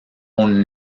owned